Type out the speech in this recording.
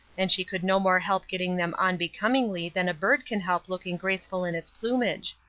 and she could no more help getting them on becomingly than a bird can help looking graceful in its plumage.